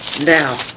Now